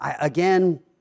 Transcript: Again